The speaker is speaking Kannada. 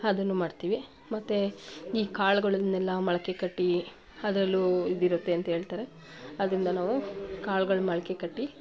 ಅದನ್ನು ಮಾಡ್ತೀವಿ ಮತ್ತು ಈ ಕಾಳುಗಳನ್ನೆಲ್ಲ ಮೊಳಕೆಕಟ್ಟಿ ಅದರಲ್ಲೂ ಇದಿರುತ್ತೆ ಅಂತ ಹೇಳ್ತಾರೆ ಅದರಿಂದ ನಾವು ಕಾಳ್ಗಳು ಮೊಳಕೆ ಕಟ್ಟಿ